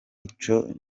ico